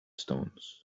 stones